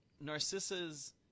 Narcissa's